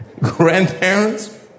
Grandparents